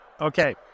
Okay